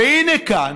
הינה, כאן,